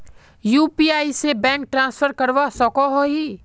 UPI से bank transfer करवा सकोहो ही?